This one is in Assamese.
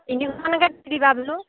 তিনিশমানকৈ দি দিবা বোলো